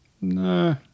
No